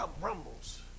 rumbles